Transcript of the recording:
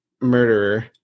murderer